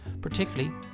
particularly